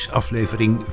aflevering